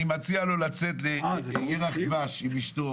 אני מציע לו לצאת לירח דבש עם אשתו